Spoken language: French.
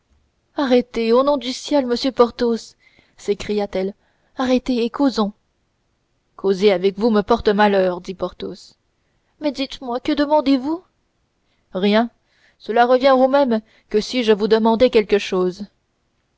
arrêtez au nom du ciel monsieur porthos s'écria-t-elle arrêtez et causons causer avec vous me porte malheur dit porthos mais dites-moi que demandez-vous rien car cela revient au même que si je vous demandais quelque chose